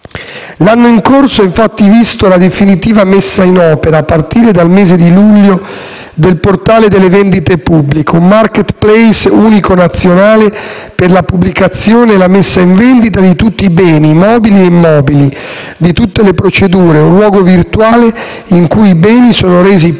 L'anno in corso ha infatti visto la definitiva messa in opera, a partire dal mese di luglio, del portale delle vendite pubbliche, un *marketplace* unico nazionale per la pubblicazione e la messa in vendita di tutti i beni, mobili e immobili, di tutte le procedure, un luogo virtuale in cui i beni sono resi più